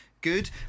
good